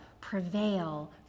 prevail